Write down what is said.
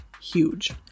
huge